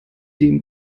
dem